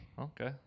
Okay